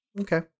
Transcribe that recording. Okay